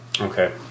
Okay